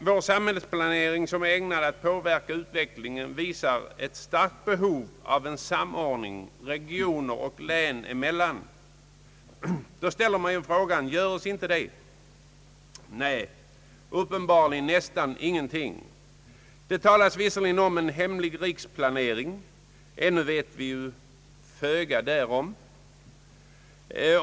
Vår samhällsplanering som är ägnad att påverka utveckligen visar ett starkt behov av en samordning regioner och län emellan. Då kan man ställa frågan: Sker inte en sådan samordning? Nej, uppenbarligen knappast alls. Det talas visserligen om en hemlig riksplanering, men ännu vet vi föga därom.